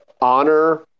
honor